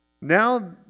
Now